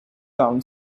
town